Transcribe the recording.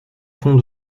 fond